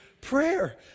prayer